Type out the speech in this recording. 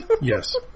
Yes